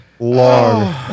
long